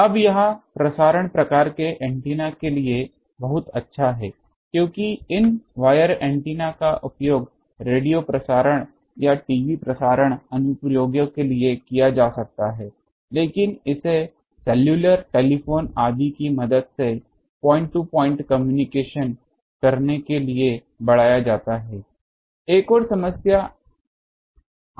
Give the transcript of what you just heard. अब यह प्रसारण प्रकार के एंटीना के लिए बहुत अच्छा है क्योंकि इन वायर एंटीना का उपयोग रेडियो प्रसारण या टीवी प्रसारण अनुप्रयोगों के लिए किया जा सकता है लेकिन इसे सेलुलर टेलीफोन आदि की मदद से पॉइंट टू पॉइंट कम्युनिकेशन करने के लिए बढ़ाया जाता है एक और समस्या आयी है